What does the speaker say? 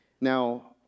Now